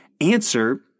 answer